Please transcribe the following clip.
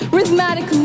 Rhythmatic